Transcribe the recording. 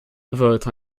votre